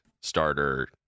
starter